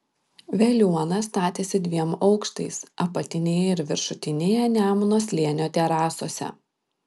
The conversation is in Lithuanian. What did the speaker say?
veliuona statėsi dviem aukštais apatinėje ir viršutinėje nemuno slėnio terasose